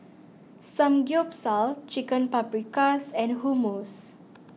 Samgyeopsal Chicken Paprikas and Hummus